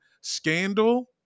scandal